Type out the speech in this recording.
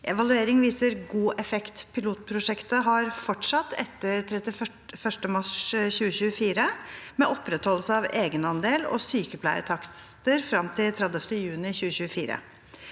Evaluering viser god effekt. Pilotprosjektet har fortsatt etter 31. mars 2024, med opprettholdelse av egenandel og sykepleiertakster fram til 30. juni 2024.